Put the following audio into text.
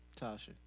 Tasha